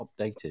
updated